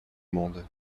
monde